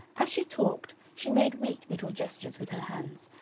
as she talked she made weak little gestures with her hands,